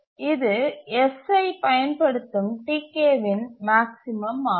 இது Sஐ பயன்படுத்தும் Tk இன் மேக்ஸிமம்ஆகும்